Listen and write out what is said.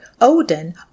Odin